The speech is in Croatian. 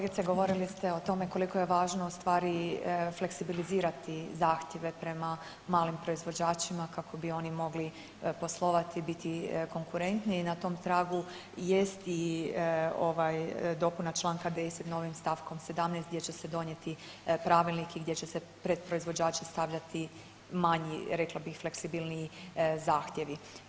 Kolegice, govorili ste o tome koliko je važno ustvari fleksibilizirati zahtjeve prema malim proizvođačima kako bi oni mogli poslovati i biti konkurentniji, i na tom tragu jest i ovaj dopuna čl. 10. novim st. 17. gdje će se donijeti pravilnik i gdje će se pred proizvođače stavljati manji rekla bih fleksibilniji zahtjevi.